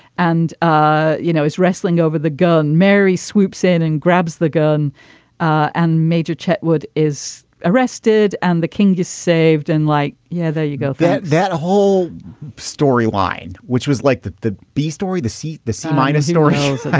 and ah you know is wrestling over the gun mary swoops in and grabs the gun and major chitwood is arrested and the king is saved and like yeah there you go that that whole storyline which was like the the b story the seat the c minus in so i